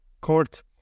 court